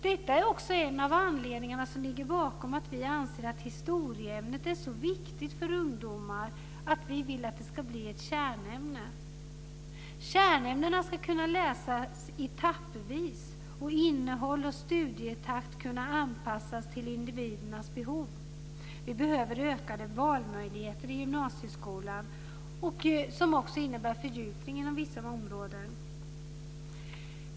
Detta är också en av anledningarna som ligger bakom att vi anser att historieämnet är så viktigt för ungdomar att vi vill att det ska bli ett kärnämne. Kärnämnena ska kunna läsas etappvis och innehåll och studietakt kunna anpassas till individernas behov. Vi behöver ökade valmöjligheter i gymnasieskolan som också innebär fördjupning inom vissa områden.